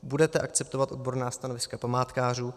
Budete akceptovat odborná stanoviska památkářů?